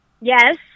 Yes